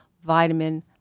vitamin